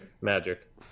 Magic